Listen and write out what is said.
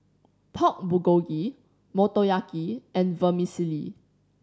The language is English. Pork Bulgogi Motoyaki and Vermicelli